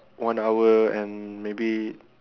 one hour and maybe